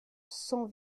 cent